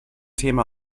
thema